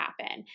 happen